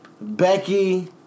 Becky